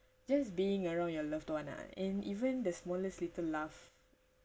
just being around your loved one lah and even the smallest little laugh